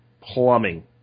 plumbing